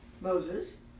Moses